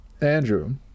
Andrew